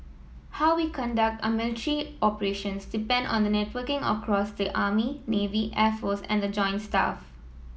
how we conduct our military operations depend on networking across the army navy air force and the joint staff